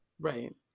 Right